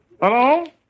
Hello